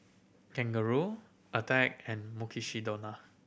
Kangaroo Attack and Mukshidonna